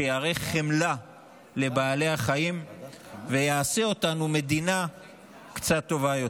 שיראה חמלה לבעלי החיים ויעשה אותנו מדינה קצת יותר טובה.